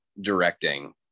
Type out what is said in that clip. directing